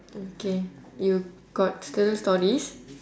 okay you got still stories